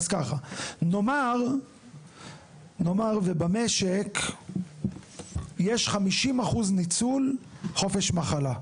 אז ככה: נאמר ובמשק יש 50% ניצול חופש מחלה.